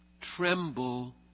tremble